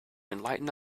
enlighten